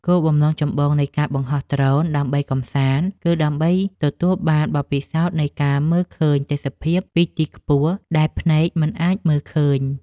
គោលបំណងចម្បងនៃការបង្ហោះដ្រូនដើម្បីកម្សាន្ត គឺដើម្បីទទួលបានបទពិសោធន៍នៃការមើលឃើញទេសភាពពីទីខ្ពស់ដែលភ្នែកមនុស្សមិនអាចមើលឃើញ។